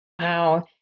Wow